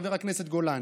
חבר הכנסת גולן.